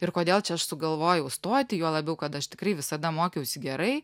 ir kodėl čia aš sugalvojau stoti juo labiau kad aš tikrai visada mokiausi gerai